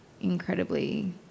incredibly